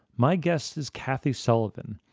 my guest is kathy sullivan,